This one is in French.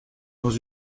dans